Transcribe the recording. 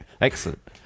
Excellent